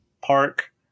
Park